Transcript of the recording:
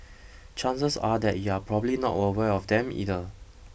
chances are that you're probably not aware of them either